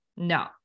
No